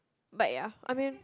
but ya I mean